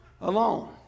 alone